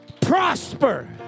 prosper